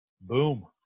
boom